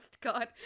God